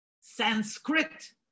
Sanskrit